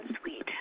sweet